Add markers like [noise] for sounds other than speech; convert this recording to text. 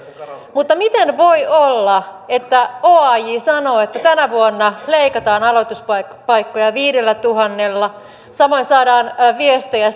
mutta miten voi olla että oaj sanoo että tänä vuonna leikataan aloituspaikkoja viidellätuhannella samoin saadaan viestejä [unintelligible]